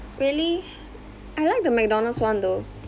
really I like the Mcdonald's one though